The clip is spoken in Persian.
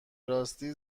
راستی